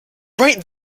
right